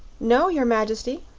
no, your majesty.